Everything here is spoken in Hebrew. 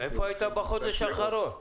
איפה היית בחודש האחרון?